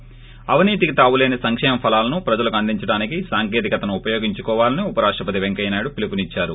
ి అవినీతికి తావు లేని సంకేమ ఫలాలను ప్రజలకు అందించడానికి సాంకేతికను ఉపయోగించుకోవాలని ఉపరాష్టపతి పెంకయ్య నాయుడు పిలుపు నిచ్చారు